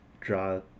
draw